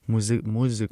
muzi muzika